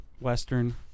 Western